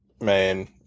man